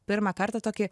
pirmą kartą tokį